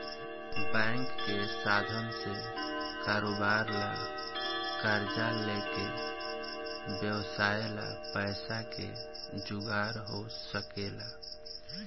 bank के साधन से कारोबार ला कर्जा लेके व्यवसाय ला पैसा के जुगार हो सकेला